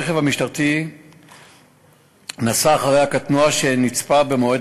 הרכב המשטרתי נסע אחרי הקטנוע שנצפה במועד